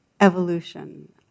evolution